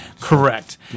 Correct